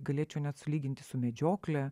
galėčiau net sulyginti su medžiokle